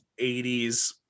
80s